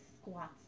squats